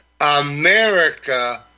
America